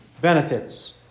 benefits